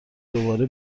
دوباره